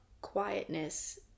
quietness